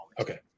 Okay